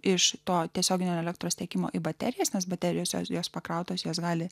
iš to tiesioginio elektros tiekimo į baterijas nes baterijos energijos pakrautos jos gali